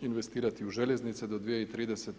investirati u željeznice do 2030.